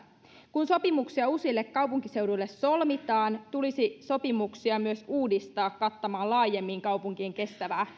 kun sopimuksia uusille kaupunkiseuduille solmitaan tulisi sopimuksia myös uudistaa kattamaan laajemmin kaupunkien kestävää